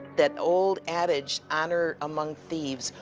that old adage, honor among thieves,